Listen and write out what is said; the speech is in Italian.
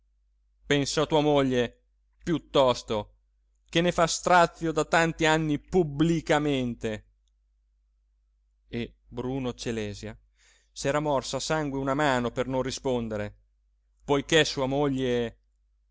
pensa a tua moglie piuttosto che ne fa strazio da tanti anni pubblicamente e bruno celèsia s'era morso a sangue una mano per non rispondere poiché sua moglie